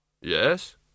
Yes